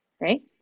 right